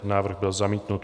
Návrh byl zamítnut.